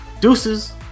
Deuces